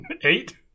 Eight